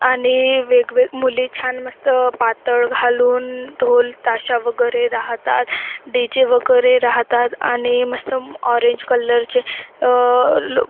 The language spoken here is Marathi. आणि वेगवेगळी मुली छान मस्त पातळ घालून ढोल ताशा वगैरे राहतात डी जे वगैरे राहतात आणि मस्त ऑरेंज कलरचे लोक